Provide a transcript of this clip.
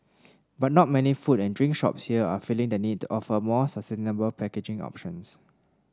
but not many food and drink shops here are feeling the need to offer more sustainable packaging options